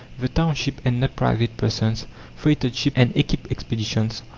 the township and not private persons freighted ships and equipped expeditions,